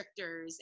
restrictors